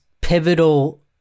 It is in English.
pivotal